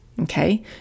Okay